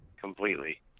completely